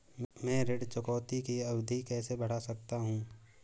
मैं ऋण चुकौती की अवधि कैसे बढ़ा सकता हूं?